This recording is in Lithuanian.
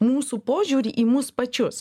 mūsų požiūrį į mus pačius